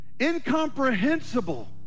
incomprehensible